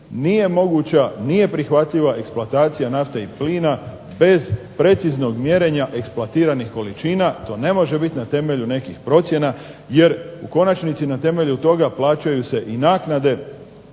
Nije prihvatljiva eksploatacija nafte i plina bez preciznog mjerenja eksploatiranih količina. To ne može biti na temelju nekih procjena jer u konačnici na temelju toga plaćaju se i naknade